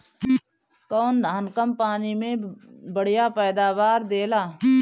कौन धान कम पानी में बढ़या पैदावार देला?